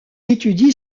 étudie